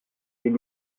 les